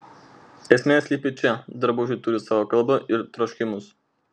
esmė slypi čia drabužiai turi savo kalbą ir troškimus